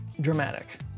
Dramatic